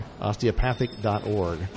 Osteopathic.org